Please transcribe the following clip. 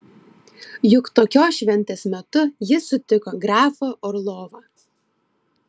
juk tokios šventės metu ji sutiko grafą orlovą